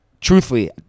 truthfully